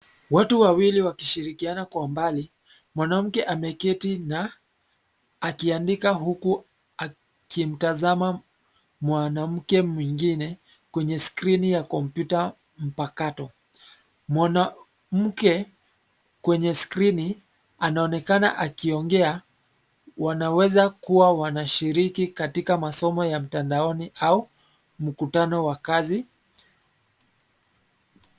Watu wawili wakishirikiana kwa umbali, mwanamke ameketi na akiandika huku akimtazama mwanamke mwengine kwenye skrini ya kompyuta mpakato. Mwanamke kwenye skrini anaonekana akiongea wanaweza kuwa wanashiriki katika masomo ya mtandaoni au mkutano wa kazi.